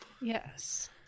Yes